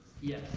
Yes